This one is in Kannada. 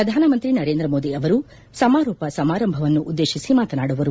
ಪ್ರಧಾನಮಂತ್ರಿ ನರೇಂದ್ರ ಮೋದಿ ಅವರು ಸಮಾರೋಪ ಸಮಾರಂಭವನ್ನು ಉದ್ದೇಶಿಸಿ ಮಾತನಾಡುವರು